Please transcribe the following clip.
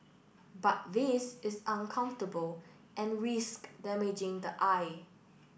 but this is uncomfortable and risks damaging the eye